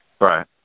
Right